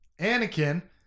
Anakin